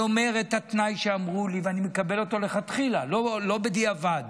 אני אומר את התנאי שאמרו לי ואני מקבל אותו מלכתחילה ולא בדיעבד,